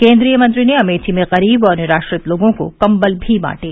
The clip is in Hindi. केंद्रीय मंत्री ने अमेठी में गरीब और निराम्रित लोगों को कबल भी बांटे